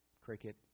Cricket